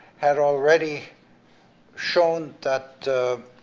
had already shown that.